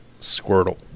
Squirtle